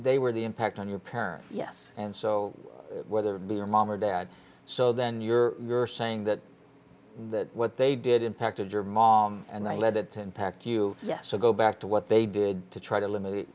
they were the impact on your parents yes and so whether it be your mom or dad so then you're saying that what they did impacted your mom and i led it to impact you yes so go back to what they did to try to limit